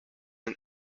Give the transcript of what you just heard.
and